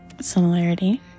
Similarity